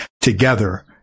together